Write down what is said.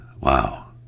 Wow